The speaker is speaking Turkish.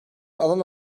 alan